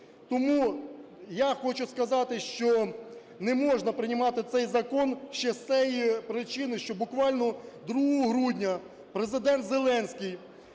Тому я хочу сказати, що не можна приймати цей закон ще з тої причини, що буквально 2 грудня Президент Зеленський